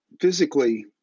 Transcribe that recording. physically